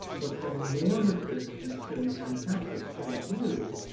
but from a normative christian and catholic point of view,